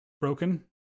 broken